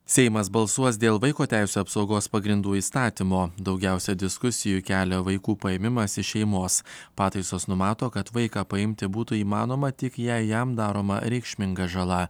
seimas balsuos dėl vaiko teisių apsaugos pagrindų įstatymo daugiausia diskusijų kelia vaikų paėmimas iš šeimos pataisos numato kad vaiką paimti būtų įmanoma tik jei jam daroma reikšminga žala